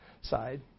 side